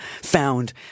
found